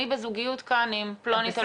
אני בזוגיות כאן עם פלונית אלמונית.